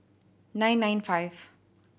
nine nine five